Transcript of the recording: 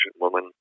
woman